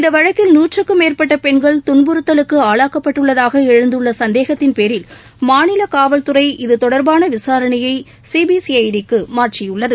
இந்த வழக்கில் நூற்றுக்கும் மேற்பட்ட பெண்கள் துன்புறுத்தலுக்கு ஆளாக்கப்பட்டுள்ளதாக எழுந்துள்ள சந்தேகத்தின் பேரில் மாநில காவல்துறை இதுதொடர்பான விசாரணையை சிபிசிஐடி க்கு மாற்றியுள்ளது